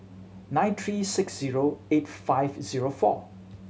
nine three six zero eight five zero four